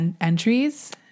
entries